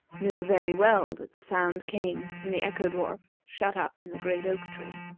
knew very well that the sound came from the echo-dwarf shut up in the great oak-tree.